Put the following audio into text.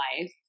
life